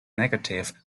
negative